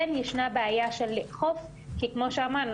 כי כמו שאמרנו,